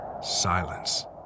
Silence